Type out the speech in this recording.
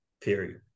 period